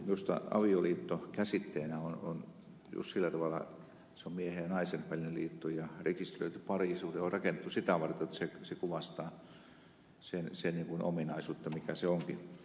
minusta avioliitto käsitteenä on juuri sillä tavalla miehen ja naisen välinen liitto ja rekisteröity parisuhde on rakennettu sitä varten jotta se kuvastaa sitä ominaisuutta mikä se onkin